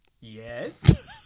Yes